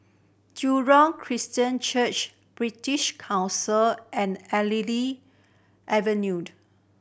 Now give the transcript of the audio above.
Jurong Christian Church British Council and Artillery Avenue